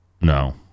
no